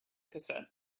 cassette